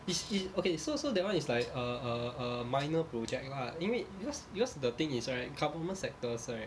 it's it's okay so so that one is like a a a minor project lah 因为 because because the thing is right government sectors right